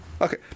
Okay